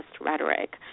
rhetoric